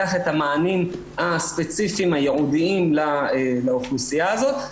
את המענים הספציפיים הייעודיים לאוכלוסייה הזאת.